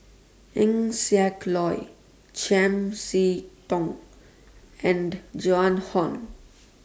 Eng Siak Loy Chiam See Tong and Joan Hon